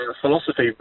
philosophy